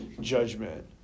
judgment